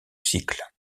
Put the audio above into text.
cycle